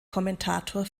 kommentator